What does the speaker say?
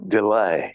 Delay